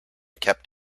kept